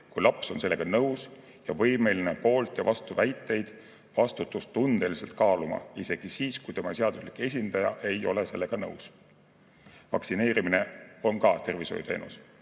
kui laps on sellega nõus ja võimeline poolt‑ ja vastuväiteid vastutustundeliselt kaaluma, isegi siis, kui tema seaduslik esindaja ei ole sellega nõus. Vaktsineerimine on ka tervishoiuteenus.